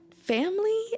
family